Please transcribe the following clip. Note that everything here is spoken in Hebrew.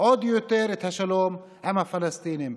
עוד יותר את השלום עם הפלסטינים,